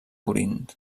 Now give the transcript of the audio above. corint